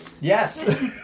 Yes